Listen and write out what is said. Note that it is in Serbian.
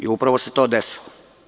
Upravo se to desilo.